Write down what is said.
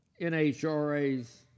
NHRA's